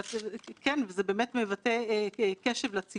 לי זה היום האחרון בכנסת ישראל,